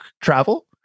travel